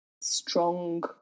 strong